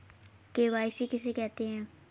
KYC किसे कहते हैं?